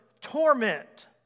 torment